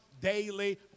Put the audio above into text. daily